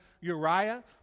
Uriah